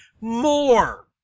more